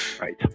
Right